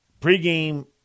Pre-game